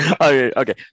Okay